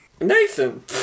Nathan